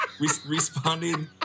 Responding